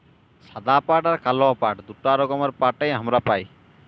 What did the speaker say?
সাদা পাট আর কাল পাট দুটা রকমের পাট হামরা পাই